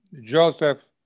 Joseph